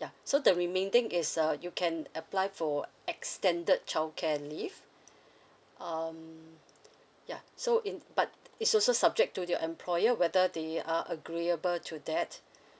ya so the remaining is uh you can apply for extended childcare leave um ya so in but it's also subject to your employer whether they are agreeable to that